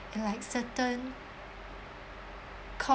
like certain